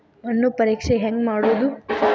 ಮಣ್ಣು ಪರೇಕ್ಷೆ ಹೆಂಗ್ ಮಾಡೋದು?